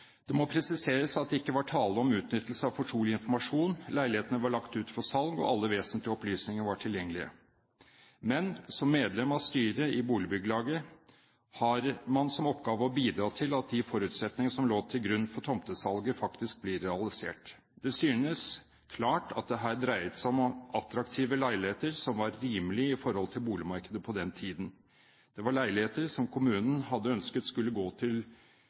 må presiseres at det her ikke er tale om utnyttelse av fortrolig informasjon, leilighetene var lagt ut for salg, og alle vesentlige opplysninger var tilgjengelige.» Men som medlem av styret i boligbyggelaget har «som oppgave å bidra til at de forutsetningene som lå til grunn for tomtesalget, faktisk blir realisert. Det synes klart at det her dreiet seg om attraktive leiligheter som var rimelige i forhold til boligmarkedet på den tiden. Det var leiligheter som kommunen hadde ønsket skulle gå til